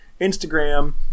Instagram